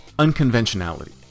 unconventionality